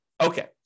Okay